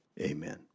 amen